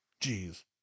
Jeez